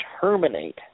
terminate